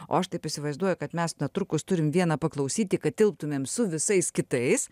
o aš taip įsivaizduoju kad mes netrukus turim vieną paklausyti kad tilptumėm su visais kitais